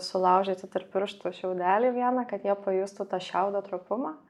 sulaužyti tarp pirštų šiaudelį vieną kad jie pajustų tą šiaudo trapumą